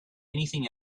anything